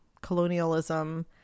colonialism